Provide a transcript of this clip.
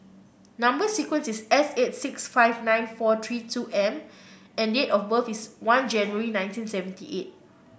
number sequence is S eight six five nine four three two M and date of birth is one January nineteen seventy eight